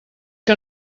que